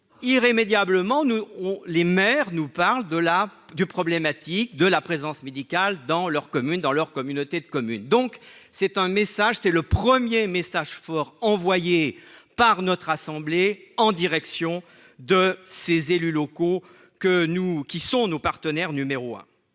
irrémédiablement, nous on les maires nous parle de la du problématique de la présence médicale dans leur commune dans leur communauté de communes, donc c'est un message, c'est le 1er message fort envoyé par notre assemblée en direction de ses élus locaux que nous, qui sont nos partenaires numéro un,